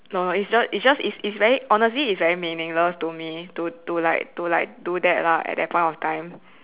no it's just it just is is is very honestly it's very meaningless to me to to like to like do that lah at that point of time